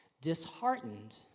Disheartened